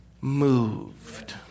moved